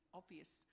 obvious